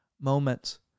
moments